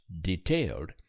detailed